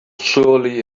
surely